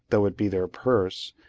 though it be their purse,